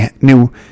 new